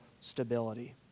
stability